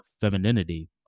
femininity